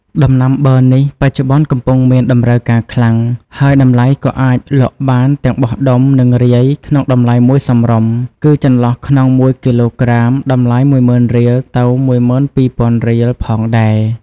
ដំណាំប័រនេះ បច្ចុប្បន្នកំពុងមានតម្រូវការខ្លាំង ហើយតម្លៃក៏អាចលក់បានទាំងបោះដុំ និងរាយក្នុងតម្លៃមួយសមរម្យ គឺចន្លោះក្នុង ១គីឡូក្រាម តម្លៃ ១០,០០០រៀល ទៅ ១២,០០០រៀលផងដែរ។